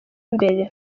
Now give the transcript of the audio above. imbere